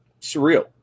surreal